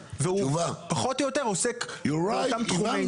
והוא פחות או יותר עוסק באותם תחומי עיסוק.